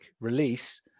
release